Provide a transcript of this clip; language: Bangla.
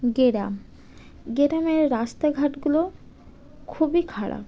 গ্রাম গ্রামের রাস্তাঘাটগুলো খুবই খারাপ